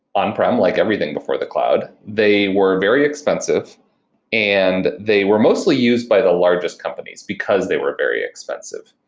on-prem, like everything before the cloud. they were very expensive and they were mostly used by the largest companies because they were very expensive.